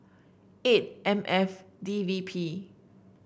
eight M F D V P